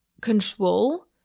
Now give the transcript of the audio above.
control